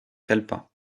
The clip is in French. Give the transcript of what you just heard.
calepin